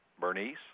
Bernice